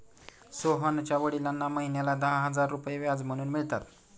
सोहनच्या वडिलांना महिन्याला दहा हजार रुपये व्याज म्हणून मिळतात